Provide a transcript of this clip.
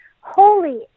Holy